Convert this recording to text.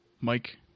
Mike